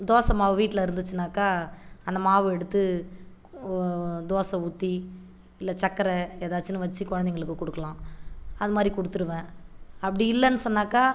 தோசை மாவு வீட்டில் இருந்திச்சுனாக்கா அந்த மாவை எடுத்து தோசை ஊற்றி இல்லை சக்கரை ஏதாச்சுனு வச்சு குழந்தைங்களுக்கு கொடுக்கலாம் அது மாரி கொடுத்துடுவேன் அப்படி இல்லைன்னு சொன்னாக்கா